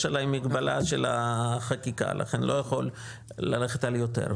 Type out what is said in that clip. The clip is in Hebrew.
יש עלי מגבלה של החקיקה ולכן אני לא יכול ללכת על יותר.